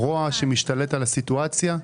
רוע שמשתלט על הסיטואציה?